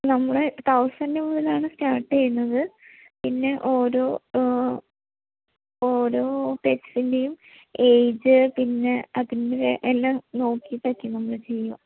നമ്മള് തൗസൻഡ് മുതലാണ് സ്റ്റാർട്ടെയ്യുന്നത് പിന്നെ ഓരോ ഓരോ പെറ്റ്സിൻ്റെയും ഏജ് പിന്നെ എല്ലാം നോക്കിയിട്ടൊക്കെയാണ് നമ്മള് ചെയ്യുക